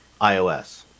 iOS